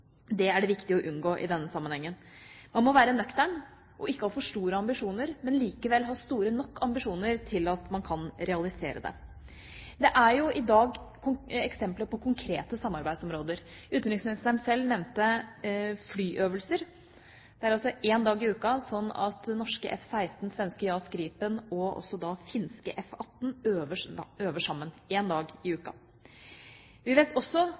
Det er det viktig å unngå i denne sammenhengen. Man må være nøktern, ikke ha for store ambisjoner, men likevel ha store nok ambisjoner til at man kan realisere det. Det er i dag eksempler på konkrete samarbeidsområder. Utenriksministeren sjøl nevnte flyøvelser. Det er én dag i uka sånn at norske F-16, svenske JAS Gripen og finske F-18 øver sammen – én dag i uka. Vi vet også